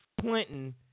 Clinton